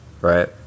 right